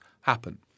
happen